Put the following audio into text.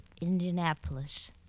Indianapolis